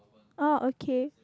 oh okay